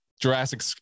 Jurassic